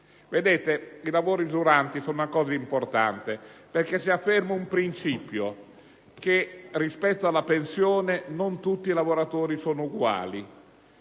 colleghi, i lavori usuranti sono una cosa importante perché si afferma il principio secondo il quale rispetto alla pensione non tutti i lavoratori sono uguali.